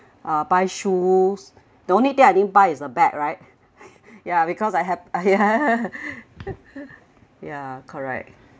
uh buy shoes the only thing I didn't buy is a bag right ya because I have ppl) ya correct